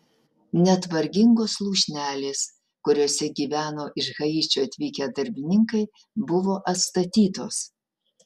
net vargingos lūšnelės kuriose gyveno iš haičio atvykę darbininkai buvo atstatytos